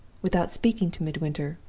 without speaking to midwinter,